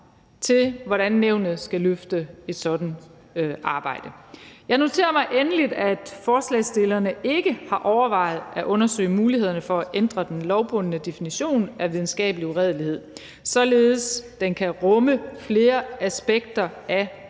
til, at nævnet skal løfte et sådant arbejde. Jeg noterer mig endeligt, at forslagsstillerne ikke har overvejet at undersøge mulighederne for at ændre den lovbundne definition af videnskabelig uredelighed, således at den kan rumme flere aspekter af